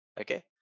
okay